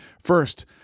First